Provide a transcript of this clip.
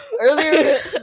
earlier